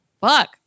fuck